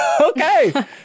Okay